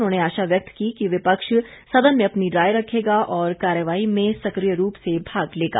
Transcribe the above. उन्होंने आशा व्यक्त की कि विपक्ष सदन में अपनी राय रखेगा और कार्यवाही में सक्रिय रूप से भाग लेगा